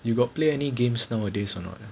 you got play any games nowadays or not